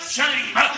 shame